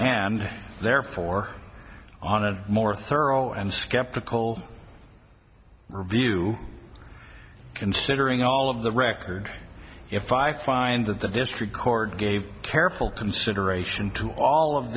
and therefore on a more thorough and skeptical view considering all of the record if i find that the district court gave careful consideration to all of